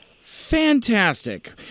Fantastic